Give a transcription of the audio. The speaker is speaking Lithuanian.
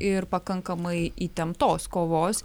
ir pakankamai įtemptos kovos